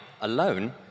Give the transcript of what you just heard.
alone